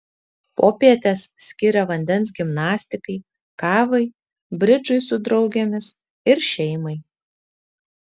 popietes skiria vandens gimnastikai kavai bridžui su draugėmis ir šeimai